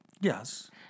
Yes